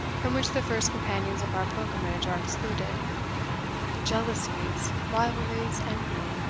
from which the first companions of our pilgrimage are excluded jealousies, rivalries, envy,